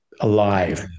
alive